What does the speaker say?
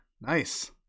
Nice